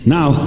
Now